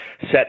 set